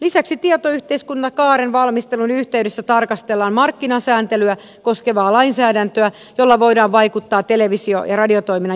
lisäksi tietoyhteiskuntakaaren valmistelun yhteydessä tarkastellaan markkinasääntelyä koskevaa lainsäädäntöä jolla voidaan vaikuttaa televisio ja radiotoiminnan jakelukustannuksiin